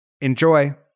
Enjoy